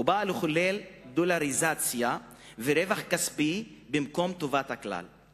והיא באה לחולל דולריזציה ורווח כספי במקום טובת הכלל.